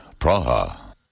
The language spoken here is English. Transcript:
Praha